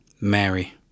Mary